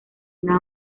una